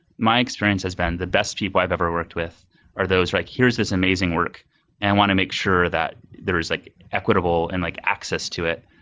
my experience has been the best people i've ever worked with are those like, here's this amazing work and want to make sure that there is like equitable and like access to it,